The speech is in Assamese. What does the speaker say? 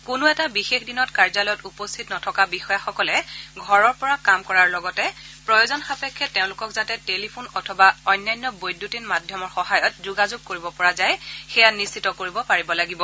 কোনো এটা বিশেষ দিনত কাৰ্যালয়ত উপস্থিত নথকা বিষয়াসকলে ঘৰৰ পৰা কাম কৰাৰ লগতে প্ৰয়োজন সাপেক্ষে তেওঁলোকক যাতে টেলিফোন অথবা যোগাযোগৰ অন্যান্য বৈদ্যুতিন মাধ্যমৰ সহায়ত যোগাযোগ কৰিব পৰা যায় সেইটো নিশ্চিত কৰিব পাৰিব লাগিব